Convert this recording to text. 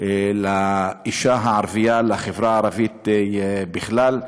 לאישה הערבייה, לחברה הערבית בכלל.